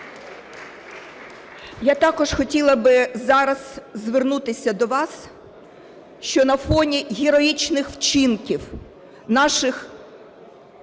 Я також хотіла би зараз звернутися до вас, що на фоні героїчних вчинків наших